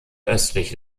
östlich